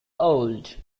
old